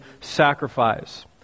sacrifice